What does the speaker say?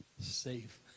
safe